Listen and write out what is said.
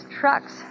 trucks